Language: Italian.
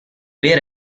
vere